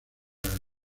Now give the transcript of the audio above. ganar